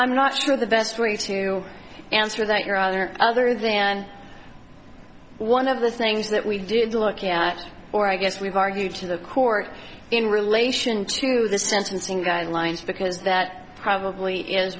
i'm not sure the best way to answer that your honor other than one of the things that we did look at or i guess we've argued to the court in relation to the sentencing guidelines because that probably is